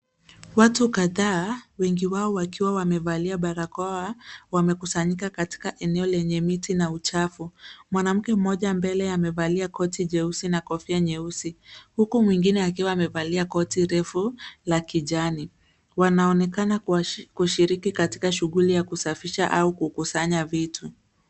Watu kadhaa wengi wao wakiwa wamevalia barakoa wamekusanyika katika eneo lenye miti na uchafu. mwanamke mmoja mbele amevalia koti jeusi na kofia nyeusi, huku mwingine akiwa amevalia koti refu la kijani. Wanaonekana kushiriki katika shuguli ya kusafisha au kukusanya vitu.